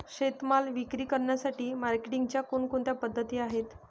शेतीमाल विक्री करण्यासाठी मार्केटिंगच्या कोणकोणत्या पद्धती आहेत?